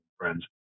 friends